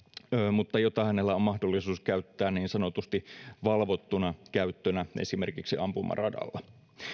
mutta jota hänellä on mahdollisuus käyttää niin sanotusti valvottuna käyttönä esimerkiksi ampumaradalla